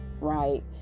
right